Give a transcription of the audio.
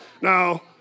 Now